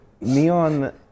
Neon